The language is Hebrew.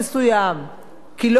כי לא ראיתי אותו על המדף.